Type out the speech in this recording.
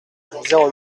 zéro